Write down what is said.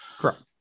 Correct